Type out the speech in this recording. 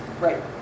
Right